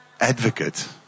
Advocate